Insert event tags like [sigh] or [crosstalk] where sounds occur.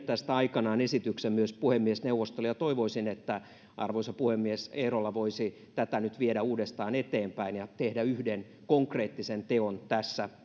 [unintelligible] tästä aikanaan esityksen myös puhemiesneuvostolle ja toivoisin että arvoisa puhemies eerola voisi tätä nyt viedä uudestaan eteenpäin ja tehdä yhden konkreettisen teon tässä [unintelligible]